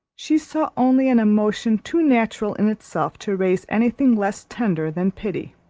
she saw only an emotion too natural in itself to raise any thing less tender than pity,